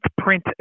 print